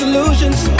Illusions